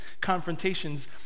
confrontations